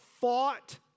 fought